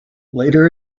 later